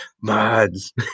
Mods